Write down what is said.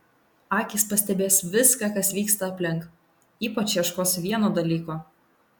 akys pastebės viską kas vyksta aplink ypač ieškos vieno dalyko